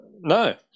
No